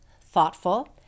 thoughtful